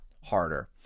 harder